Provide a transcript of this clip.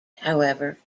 however